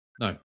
No